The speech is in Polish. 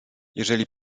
jeżeli